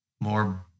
more